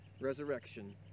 Resurrection